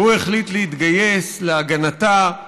והוא החליט להתגייס להגנתה,